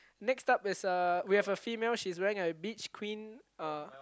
next up is a we have a female she is wearing a beach queen uh